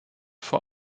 vor